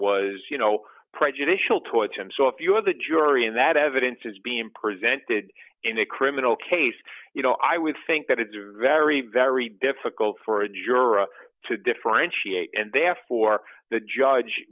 was you know prejudicial towards him so if you have the jury and that evidence is being presented in a criminal case you know i would think that it's very very difficult for a juror to differentiate and therefore the judge